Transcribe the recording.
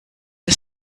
the